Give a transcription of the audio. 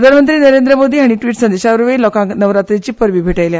प्रधानमंत्री नरेंद्र मोदी हांणी ट्विट संदेशा वरवीं लोकांक नवरात्रीची परबीं भेटयल्या